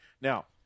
Now